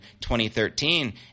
2013